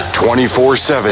24-7